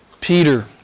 Peter